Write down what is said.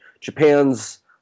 Japan's